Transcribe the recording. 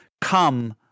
come